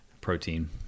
protein